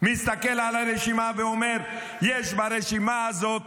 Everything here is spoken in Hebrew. מסתכל על הרשימה ואומר: יש ברשימה הזאת